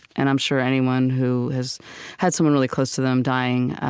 and i'm sure anyone who has had someone really close to them dying